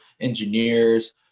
engineers